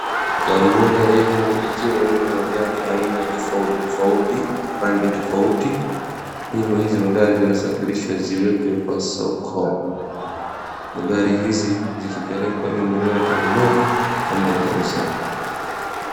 Gari moja refu ukiwa imebeba magari aina tofauti tofauti rangi tofauti, hizi magari zinasafirishwa ziwekwe kwa soko .Magari hizi zikipelekwa wewe mwenyewe utanunua ama utauza